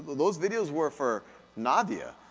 those videos were for nadia,